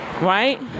right